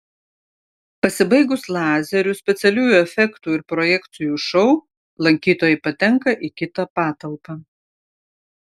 pasibaigus lazerių specialiųjų efektų ir projekcijų šou lankytojai patenka į kitą patalpą